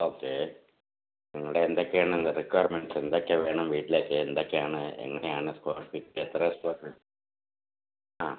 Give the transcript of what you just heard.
okay നിങ്ങളുടെ എന്തൊക്കെയാണ് requirements എന്തൊക്കെ വേണം വീട്ടിലേക്ക് എന്തൊക്കെയാണ് എങ്ങനെയാണ് സ്കൊയർ ഫീറ്റ് എത്ര സ്കൊയർ ഫീറ്റ് ആ